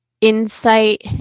insight